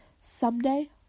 someday